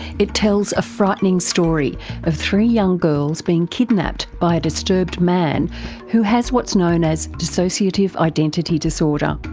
it tells a frightening story of three young girls being kidnapped by a disturbed man who has what's known as dissociative identity disorder.